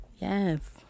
yes